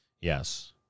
Yes